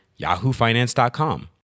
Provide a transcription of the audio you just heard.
yahoofinance.com